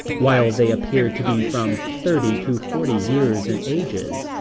while they appeared to be from thirty to forty years in ages,